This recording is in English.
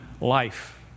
life